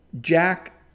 Jack